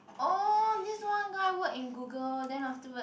oh this one guy work in Google then afterwards